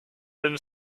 been